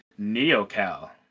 NeoCal